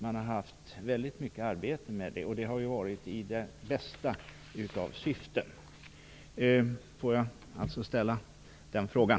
Man har lagt ned mycket arbete på detta, och det har varit i det bästa av syften. Får jag ställa den frågan?